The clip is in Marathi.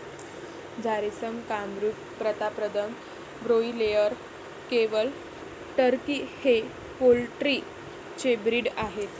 Jharsim, Kamrup, Pratapdhan, broiler, quail, turkey हे पोल्ट्री चे ब्रीड आहेत